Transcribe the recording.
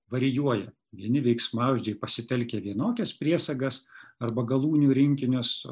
varijuoja vieni veiksmažodžiai pasitelkia vienokias priesagas arba galūnių rinkinius